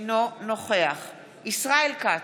אינו נוכח ישראל כץ,